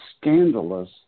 scandalous